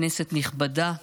כנסת נכבדה,